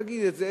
תגיד את זה,